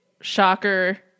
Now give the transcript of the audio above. shocker